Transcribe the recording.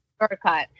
shortcut